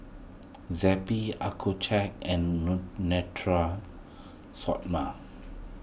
Zappy Accucheck and Natura Stoma